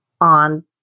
on